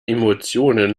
emotionen